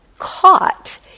Caught